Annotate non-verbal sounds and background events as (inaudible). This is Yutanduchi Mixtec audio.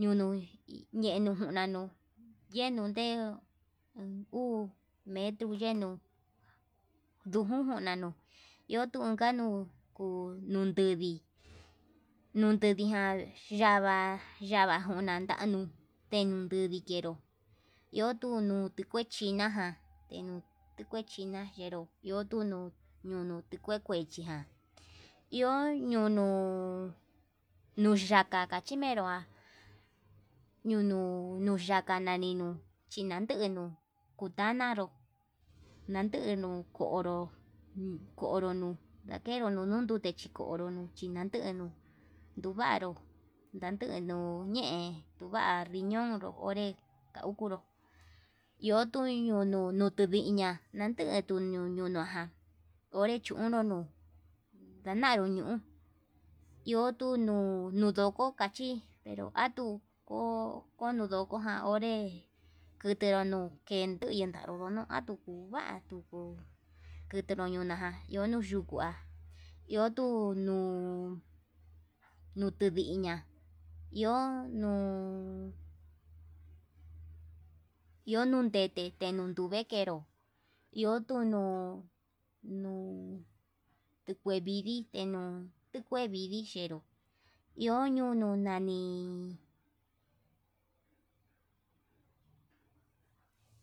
ñunu ñenu nanuu, yenunde uu yenuu ndujun kuna nuu iho tunka nuu, kuu nuntedii nuntediján yava'a yava'a njunan nda'a nuu tenduni kenró iho tukunu tuu kue china tuu kue china jinro iho tuu nuu, ñunu tukue kuechiján iho ñunuu ñuyakaka chimenró'a, nunu ñuyaka nani nuu chinande nuu kuntanaro nandenu ko'o konro konro nuu kenruu nunu nute chikoro nun chindenuu, nduvaru ndandero ñe'e va'a riñon onré kukunru iho tui nono tuviña yande tuu ñununua ján, onré chunuu nuu ndañanru ñuu iho tuu nuu nundoko kachí tuu ho onodoko ján onré kutenru no'o kenuu kendañanro no'o atuku ján tukuu ketenro ñuña ján iho nuu yukua iho tuu nuu ndutudiña, iho nuu iho nundete teno'o nduve'e kenró iho tunuu nuu tukue vidii kenuu tuu kue vidii xhenró iho ñunuu nani. (hesitation)